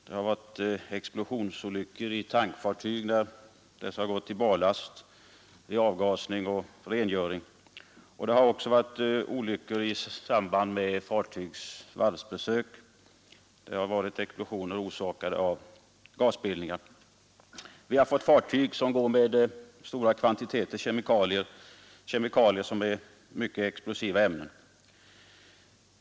Det har varit explosionsolyckor vid avgasning och rengöring av tankfartyg som gått i barlast eller olyckor i samband med att fartygen har tagits in på varv — t.ex. explosioner förorsakade av att det bildats gas ombord vilken antänts. Olyckor har också inträffat ombord på fartyg som gått med last av stora kvantiteter av mycket explosiva kemikalier.